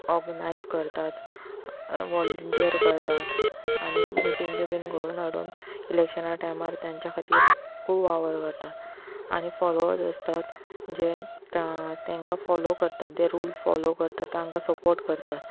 organise करतात volunteer करतात आनी मिटींग्यो बीन घोडवन हाडून इलेक्शना टायमार तांच्या खातीर खूब वावर करतात आनी फोलोवर्ज आसतात जें ता तांकां फोलो करतात तें रूल फोलो करता तांकां सपोर्ट करतात